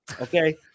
Okay